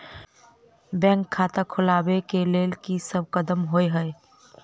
Bank खाता खोलबाबै केँ लेल की सब कदम होइ हय?